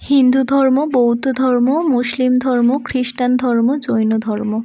হিন্দু ধর্ম বৌদ্ধ ধর্ম মুসলিম ধর্ম খ্রিস্টান ধর্ম জৈন ধর্ম